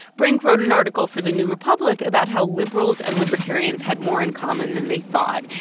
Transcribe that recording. brink wrote an article for the new republic about how liberals and libertarians had more in common than they thought.